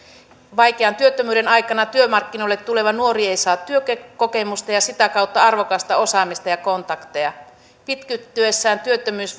vaikean työttömyyden aikana työmarkkinoille tuleva nuori ei saa työkokemusta ja sitä kautta arvokasta osaamista ja kontakteja pitkittyessään työttömyys